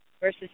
versus